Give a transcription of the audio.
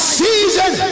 season